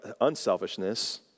unselfishness